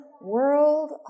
world